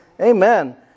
Amen